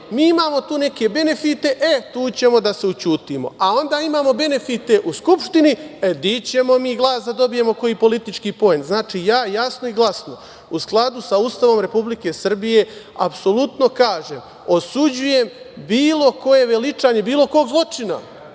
mi imamo tu neke benefite, e tu ćemo da se ućutimo, a onda imamo benefite u Skupštini, dići ćemo mi glas da dobijemo koji politički poen. Znači, ja, jasno i glasno, u skladu sa Ustavom Republike Srbije, apsolutno kažem, osuđujem bilo koje veličanje bilo kog zločina